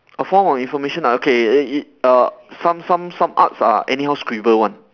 a form of information uh okay it uh some some some arts are anyhow scribble one